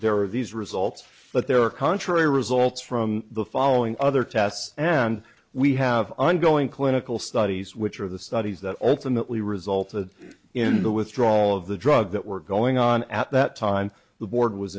there are these results but there are contrary results from the following other tests and we have an going clinical studies which are of the studies that ultimately resulted in the withdrawal of the drugs that were going on at that time the board was